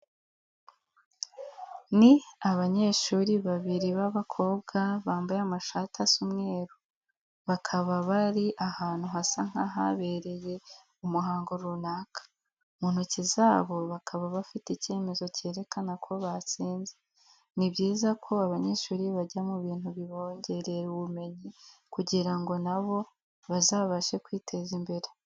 Ni abanyeshuri babiri b'abakobwa bambaye amashati asa umweru, bakaba bari ahantu hasa nk'ahabereye umuhango runaka. Mu ntoki zabo bakaba bafite icyemezo kerekana ko batsinze. Ni byiza ko abanyeshuri bajya mu bintu bibongerera ubumenyi kugira ngo na bo bazabashe kwiteza imbere.